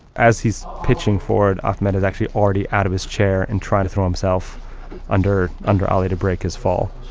as he's pitching forward, ahmed is actually already out of his chair and trying to throw himself under under ali to break his fall